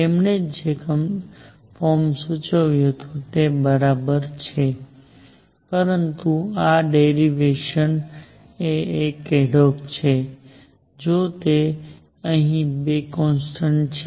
તેમણે જે ફોર્મ સૂચવ્યું છે તે બરાબર છે પરંતુ આ ડેરિવેસન એ એડહોક છે જો કે અહીં બે કોન્સટન્ટ છે